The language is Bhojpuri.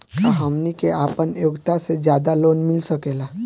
का हमनी के आपन योग्यता से ज्यादा लोन मिल सकेला?